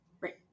Right